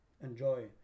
enjoy